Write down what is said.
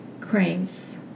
cranes